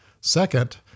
Second